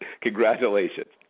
Congratulations